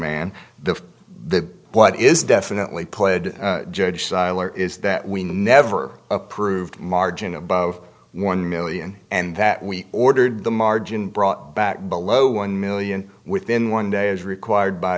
the what is definitely pled judge seiler is that we never approved margin above one million and that we ordered the margin brought back below one million within one day as required by